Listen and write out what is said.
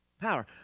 power